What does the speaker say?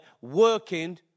working